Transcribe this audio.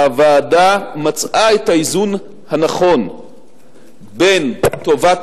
שהוועדה מצאה את האיזון הנכון בין טובת